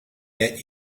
get